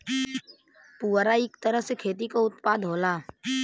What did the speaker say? पुवरा इक तरह से खेती क उत्पाद होला